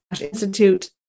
Institute